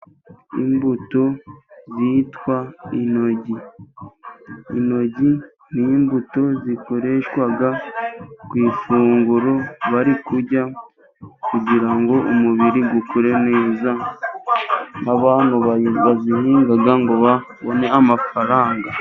Imbuto zitwa intoryi, intoryi n'imbuto zikoreshwa ku ifunguro bari kurya, kugira ngo umubiri ukure neza, abazihinga ngo babone amafaranga.